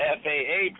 faa